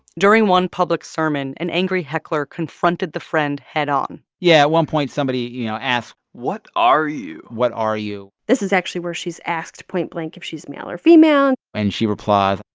during one public sermon, an angry heckler confronted the friend head on yeah, at one point somebody, you know, asked. what are you. what are you? this is actually where she's asked point-blank if she's male or female and she replies.